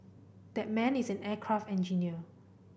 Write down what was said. that man is an aircraft engineer